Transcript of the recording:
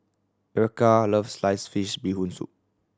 Erykah loves sliced fish Bee Hoon Soup